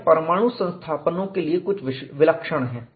यह परमाणु संस्थापनों के लिए कुछ विलक्षण है